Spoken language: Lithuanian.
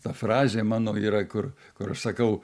ta frazė mano yra kur kur aš sakau